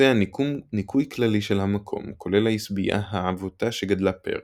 התבצע ניקוי כללי של המקום כולל העשבייה העבותה שגדלה פרא